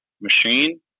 machine